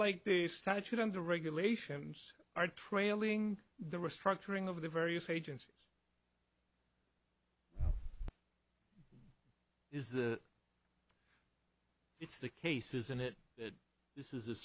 like the statute under regulations are trailing the restructuring of the various agencies is that it's the case isn't it that this is a